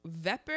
Wepper